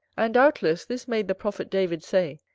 and, doubtless, this made the prophet david say,